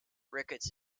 ricketts